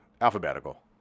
alphabetical